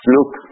Look